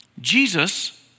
Jesus